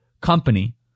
company